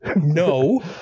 No